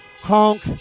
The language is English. honk